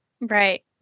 right